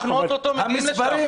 אבל תן לי -- אנחנו אוטוטו מגיעים לשם.